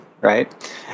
right